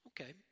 okay